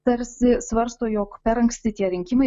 tarsi svarsto jog per anksti tie rinkimai